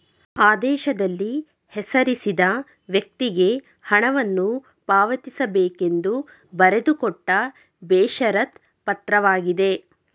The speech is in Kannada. ಆದೇಶದಲ್ಲಿ ಹೆಸರಿಸಿದ ವ್ಯಕ್ತಿಗೆ ಹಣವನ್ನು ಪಾವತಿಸಬೇಕೆಂದು ಬರೆದುಕೊಟ್ಟ ಬೇಷರತ್ ಪತ್ರವಾಗಿದೆ